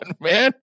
man